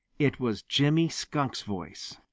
it was jimmy skunk's voice.